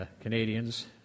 Canadians